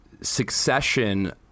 succession